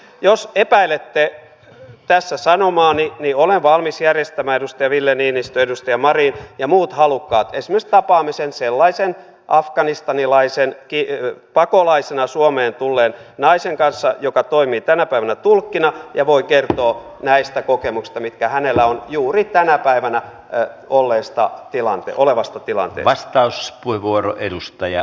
jos epäilette tässä sanomaani niin olen valmis järjestämään edustaja ville niinistö edustaja marin ja muut halukkaat esimerkiksi tapaamisen sellaisen afganistanilaisen pakolaisena suomeen tulleen naisen kanssa joka toimii tänä päivänä tulkkina ja voi kertoa näistä kokemuksista mitkä hänellä on juuri tänä päivänä olevasta tilanteesta